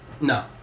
no